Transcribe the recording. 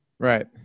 right